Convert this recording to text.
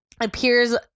appears